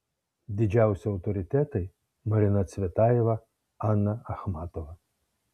didžiausi autoritetai marina cvetajeva ana achmatova